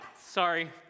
Sorry